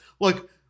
Look